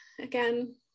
Again